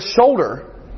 shoulder